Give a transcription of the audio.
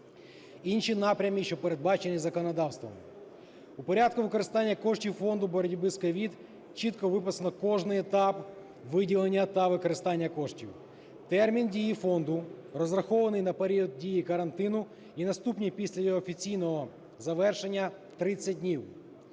інші напрями, що передбачені законодавством. У порядку використання коштів фонду боротьби з COVID чітко виписано кожний етап виділення та використання коштів. Термін дії фонду розрахований на період дії карантину і наступні після його офіційного завершення 30 днів.